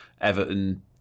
Everton